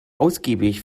ausgiebig